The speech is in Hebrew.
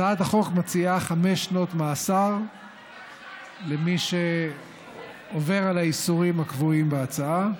הצעת החוק מציעה חמש שנות מאסר למי שעובר על האיסורים הקבועים בהצעה,